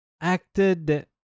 acted